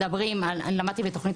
כשאתם מתכננים